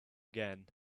again